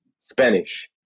spanish